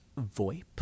VoIP